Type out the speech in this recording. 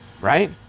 right